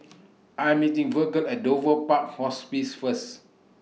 I Am meeting Virgle At Dover Park Hospice First